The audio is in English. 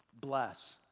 bless